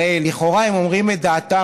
הרי לכאורה גם היום הם אומרים את דעתם.